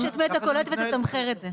אז תבדוק מראש את מי אתה קולט ותתמחר את זה.